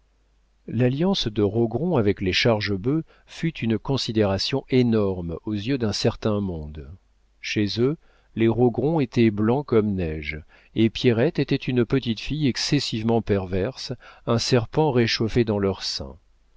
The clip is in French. l'alliance de rogron avec les chargebœuf fut une considération énorme aux yeux d'un certain monde chez eux les rogron étaient blancs comme neige et pierrette était une petite fille excessivement perverse un serpent réchauffé dans leur sein